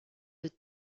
les